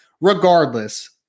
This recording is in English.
regardless